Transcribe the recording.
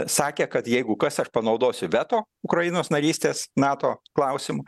sakė kad jeigu kas aš panaudosiu veto ukrainos narystės nato klausimu